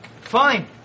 Fine